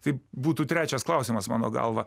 tai būtų trečias klausimas mano galva